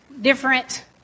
different